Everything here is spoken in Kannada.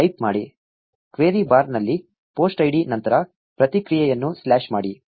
ಮತ್ತು ಟೈಪ್ ಮಾಡಿ ಕ್ವೆರಿ ಬಾರ್ನಲ್ಲಿ ಪೋಸ್ಟ್ ಐಡಿ ನಂತರ ಪ್ರತಿಕ್ರಿಯೆಯನ್ನು ಸ್ಲಾಶ್ ಮಾಡಿ